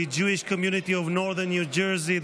Jewish community of northern New Jersey,